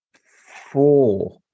Four